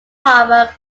harbor